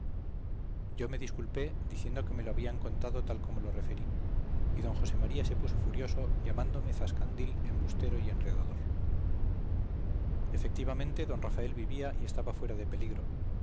yo me disculpé diciendo que me lo habían contado tal como lo referí y d josé maría se puso furioso llamándome zascandil embustero y enredador efectivamente d rafael vivía y estaba fuera de peligro